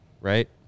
right